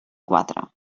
quatre